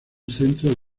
centro